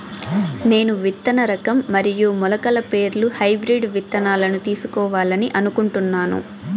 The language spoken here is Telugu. నేను విత్తన రకం మరియు మొలకల పేర్లు హైబ్రిడ్ విత్తనాలను తెలుసుకోవాలని అనుకుంటున్నాను?